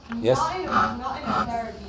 Yes